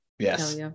yes